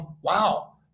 wow